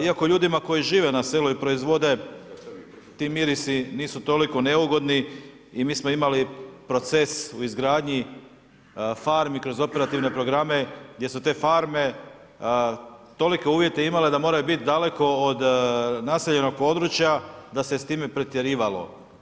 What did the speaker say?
Iako ljudima koji žive na selu i proizvode, ti mirisi nisu toliko neugodni i mi smo imali proces u izgradnji farmi kroz operativne programe, gdje su te farme tolike uvjete imale da moraju biti daleko od naseljenog područja, da se s time pretjerivalo.